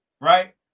right